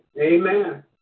Amen